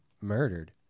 murdered